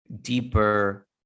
deeper